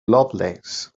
lovelace